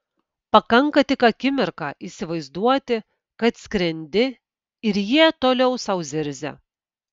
pakanka tik akimirką įsivaizduoti kad skrendi ir jie toliau sau zirzia